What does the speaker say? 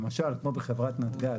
למשל כמו בחברת נתג"ז,